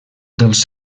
dels